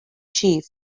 chief